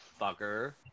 fucker